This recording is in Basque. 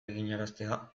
eginaraztea